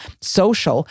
social